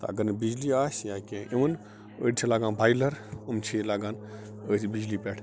تہٕ اگر نہٕ بِجلی آسہِ یا کیٚنٛہہ اِوٕن أڑۍ چھِ لگان بۄیلر یِم چھِ یہِ لاگان أتھۍ بَجلی پٮ۪ٹھ